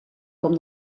com